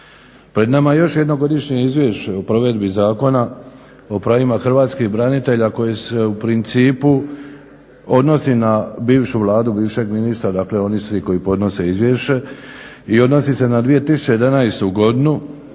Pred nama je još jedno godišnje Izvješće o provedbi zakona o pravima hrvatskih branitelja koji se u principu odnosi na bivšu Vladu, bivšeg ministra, dakle oni svi koji podnose izvješće i odnosi se na 2011. godinu.